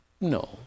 No